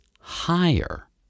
higher